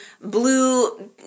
blue